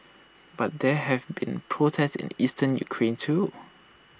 but there have been protests in eastern Ukraine too